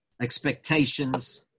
expectations